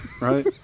right